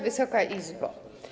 Wysoka Izbo!